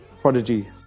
Prodigy